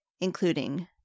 including